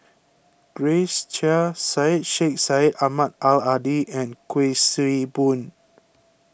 Grace Chia Syed Sheikh Syed Ahmad Al Hadi and Kuik Swee Boon